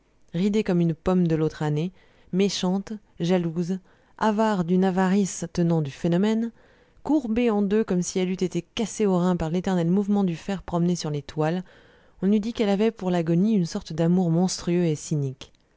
ridée comme une pomme de l'autre année méchante jalouse avare d'une avarice tenant du phénomène courbée en deux comme si elle eût été cassée aux reins par l'éternel mouvement du fer promené sur les toiles on eût dit qu'elle avait pour l'agonie une sorte d'amour monstrueux et cynique